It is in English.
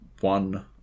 one